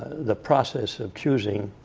the process of choosing